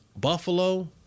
Buffalo